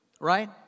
right